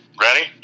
Ready